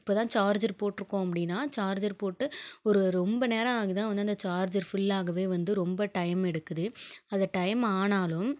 இப்போ தான் சார்ஜர் போட்டிருக்கோம் அப்படின்னா சார்ஜரு போட்டு ஒரு ரொம்ப நேரம் ஆகி தான் வந்து அந்த சார்ஜரு ஃபுல்லாகவே வந்து ரொம்ப டைம் எடுக்குது அது டைம் ஆனாலும்